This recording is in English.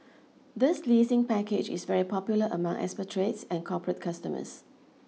this leasing package is very popular among expatriates and corporate customers